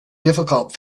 difficult